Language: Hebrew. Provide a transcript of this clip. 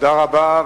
תודה רבה.